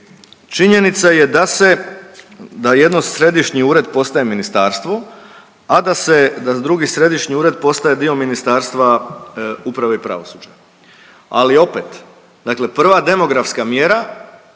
činjenica je da se da jedan središnji ured postaje ministarstvo, a da drugi središnji ured postaje dio ministarstva uprave i pravosuđa. Ali opet prva demokratska mjera je